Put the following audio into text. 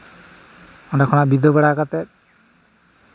ᱚᱸᱰᱮ ᱠᱷᱚᱱᱟᱜ ᱵᱤᱫᱟᱹᱭ ᱵᱟᱲᱟ ᱠᱟᱛᱮᱫ